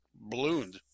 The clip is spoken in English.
ballooned